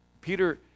Peter